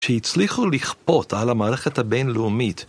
שהצליחו לכפות על המערכת הבינלאומית.